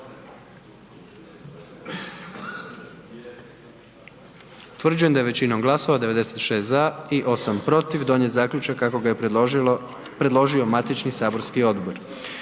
Utvrđujem da je većinom glasova 99 za i 1 suzdržani donijet zaključak kako su ga predložila saborska radna